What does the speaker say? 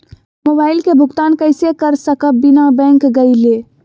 Mobile के भुगतान कईसे कर सकब बिना बैंक गईले?